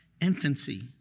infancy